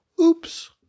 oops